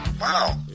Wow